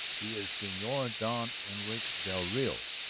he is senor don enrique del rio,